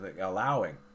allowing